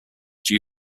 due